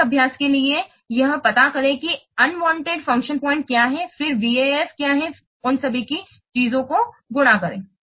प्रत्येक अभ्यास के लिए यह पता करें कि अनवांटेड फंक्शन पॉइंट क्या है फिर VAF क्या हैं उन सभी चीजों को गुणा करें